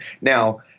Now